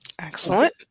Excellent